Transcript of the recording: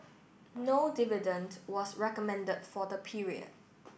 no dividend was recommended for the period